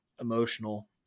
emotional